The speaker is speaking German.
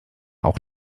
auch